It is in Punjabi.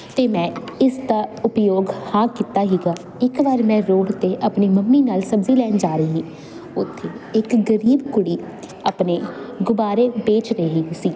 ਅਤੇ ਮੈਂ ਇਸ ਦਾ ਉਪਯੋਗ ਹਾਂ ਕੀਤਾ ਸੀਗਾ ਇੱਕ ਵਾਰ ਮੈਂ ਰੋਡ 'ਤੇ ਆਪਣੀ ਮੰਮੀ ਨਾਲ ਸਬਜ਼ੀ ਲੈਣ ਜਾ ਰਹੀ ਉੱਥੇ ਇੱਕ ਗਰੀਬ ਕੁੜੀ ਆਪਣੇ ਗੁਬਾਰੇ ਵੇਚ ਰਹੇ ਸੀ